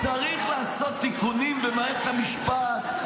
צריך לעשות תיקונים במערכת המשפט,